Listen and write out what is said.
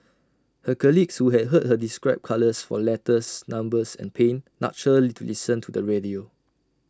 her colleague who had heard her describe colours for letters numbers and pain nudged her to listen to the radio